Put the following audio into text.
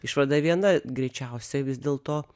išvada viena greičiausia vis dėlto